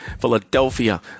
Philadelphia